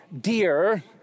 dear